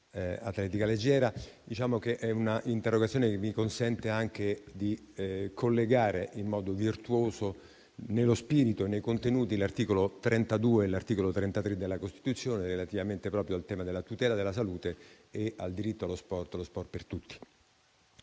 atletica leggera. Si tratta di un'interrogazione che mi consente anche di collegare in modo virtuoso nello spirito e nei contenuti l'articolo 32 e l'articolo 33 della Costituzione proprio relativamente al tema della tutela della salute e al diritto allo sport per tutti.